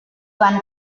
van